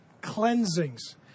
cleansings